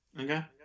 Okay